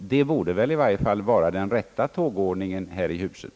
Det borde väl i varje fall vara den rätta tågordningen här i huset.